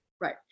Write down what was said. Right